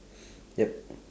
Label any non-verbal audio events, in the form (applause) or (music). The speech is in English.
(breath) yup